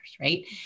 right